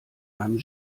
einem